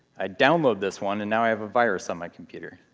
i download this one, and now i have a virus on my computer.